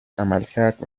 عملکرد